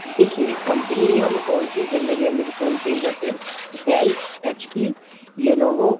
देखिए कंपनी हम कौन सी जेनेरली हम लोग जिसमें हम सेल करते हैं डेल एच पी लेनेवो